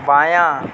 بایاں